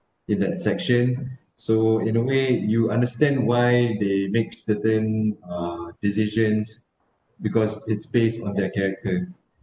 in that section so in a way you understand why they makes certain uh decisions because it's based on their character